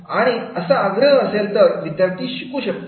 आणि असा आग्रह असेल तर विद्यार्थी शिकू शकतील